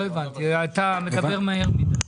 אתה מדבר מהר מידי.